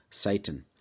Satan